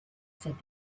said